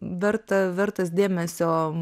verta vertas dėmesio